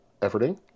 efforting